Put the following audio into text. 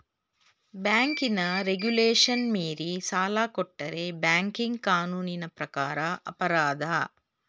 ಬ್ಯಾಂಕಿನ ರೆಗುಲೇಶನ್ ಮೀರಿ ಸಾಲ ಕೊಟ್ಟರೆ ಬ್ಯಾಂಕಿಂಗ್ ಕಾನೂನಿನ ಪ್ರಕಾರ ಅಪರಾಧ